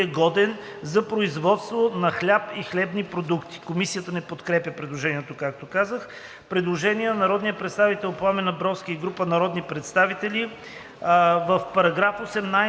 за производство на хляб и хлебни продукти.“ Комисията не подкрепя предложението. Предложение на народния представител Пламен Абровски и група народни представители: В § 18